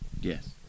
Yes